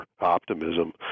optimism